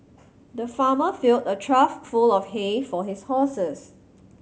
the farmer filled a trough full of hay for his horses